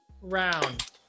round